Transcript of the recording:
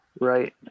right